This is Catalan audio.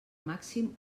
màxim